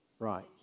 Right